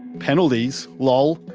penalties, lol.